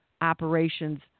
operations